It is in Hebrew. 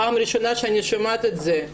פעם ראשונה שאני שומעת את זה,